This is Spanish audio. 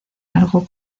algo